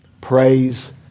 Praise